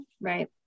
Right